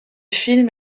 film